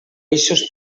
eixos